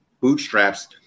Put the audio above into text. bootstraps